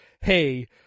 hey